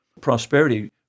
Prosperity